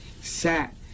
sat